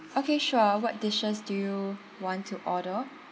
okay sure what dishes do you want to order